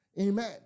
Amen